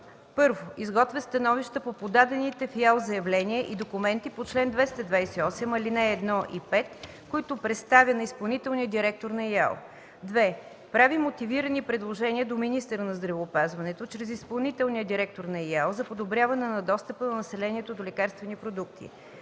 1. изготвя становища по подадените в ИАЛ заявления и документи по чл. 228, ал. 1 и 5, които представя на изпълнителния директор на ИАЛ; 2. прави мотивирани предложения до министъра на здравеопазването чрез изпълнителния директор на ИАЛ за подобряване на достъпа на населението до лекарствени продукти.